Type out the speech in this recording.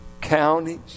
counties